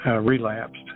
relapsed